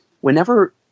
whenever